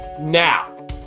Now